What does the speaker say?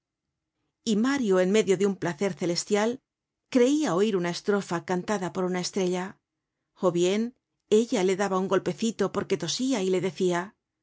y mario en medio de un placer celestial cria oir una estrofa cantada por una estrella o bien ella le daba un golpccito porque tosia y le decia